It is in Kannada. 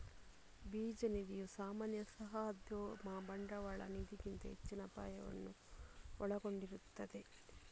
ಬೀಜ ನಿಧಿಯು ಸಾಮಾನ್ಯ ಸಾಹಸೋದ್ಯಮ ಬಂಡವಾಳ ನಿಧಿಗಿಂತ ಹೆಚ್ಚಿನ ಅಪಾಯವನ್ನು ಒಳಗೊಂಡಿರುತ್ತದೆ